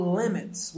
limits